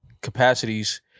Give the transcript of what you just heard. capacities